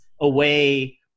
away